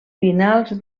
finals